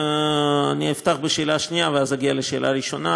אני אפתח בשאלה השנייה ואז אגיע לשאלה הראשונה.